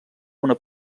una